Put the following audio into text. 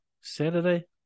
Saturday